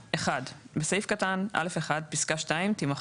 (1)בסעיף קטן (א1), פסקה 2 תימחק,